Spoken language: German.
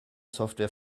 software